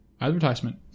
advertisement